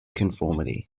conformity